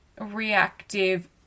reactive